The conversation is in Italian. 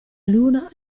luna